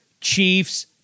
Chiefs